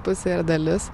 pusė dalis